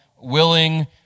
willing